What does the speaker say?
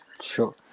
Sure